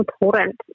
important